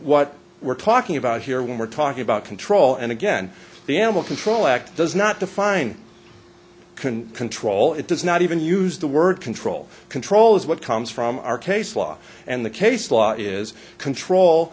what we're talking about here when we're talking about control and again the animal control act does not define can control it does not even use the word control control is what comes from our case law and the case law is control